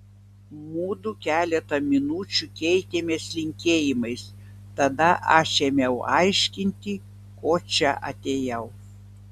mudu keletą minučių keitėmės linkėjimais tada aš ėmiau aiškinti ko čia atėjau